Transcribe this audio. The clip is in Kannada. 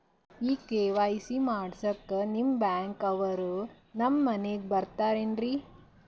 ಈ ಕೆ.ವೈ.ಸಿ ಮಾಡಸಕ್ಕ ನಿಮ ಬ್ಯಾಂಕ ಅವ್ರು ನಮ್ ಮನಿಗ ಬರತಾರೆನ್ರಿ?